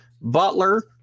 Butler